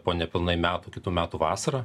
po nepilnai metų kitų metų vasarą